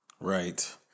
Right